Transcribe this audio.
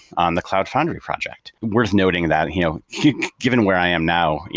um the cloud foundry project, worth noting that you know given where i am now,